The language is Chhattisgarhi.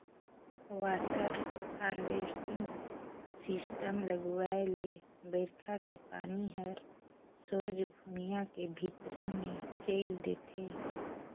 वाटर हारवेस्टिंग सिस्टम लगवाए ले बइरखा के पानी हर सोझ भुइयां के भीतरी मे चइल देथे